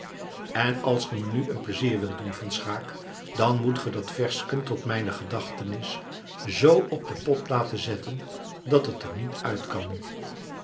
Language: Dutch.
en als ge me nu een pleizier wilt doen van schaeck dan moet ge dat versken tot mijne gedachtenis z op den pot laten zetten dat het er niet uit kan